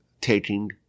taking